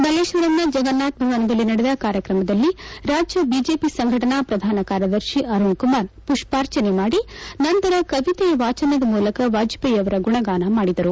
ಮಲ್ಲೇಶ್ವರಂನ ಜಗನ್ನಾಥ ಭವನದಲ್ಲಿ ನಡೆದ ಕಾರ್ಯಕ್ರಮದಲ್ಲಿ ರಾಜ್ಯ ಬಿಜೆಪಿ ಸಂಘಟನಾ ಪ್ರಧಾನ ಕಾರ್ಯದರ್ಶಿ ಅರುಣಕುಮಾರ್ ಪುಷ್ಪಾರ್ಚನೆ ಮಾಡಿ ನಂತರ ಕವಿತೆ ವಾಚನದ ಮೂಲಕ ವಾಜಪೇಯಿಯವರ ಗುಣಗಾನ ಮಾಡಿದರು